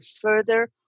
further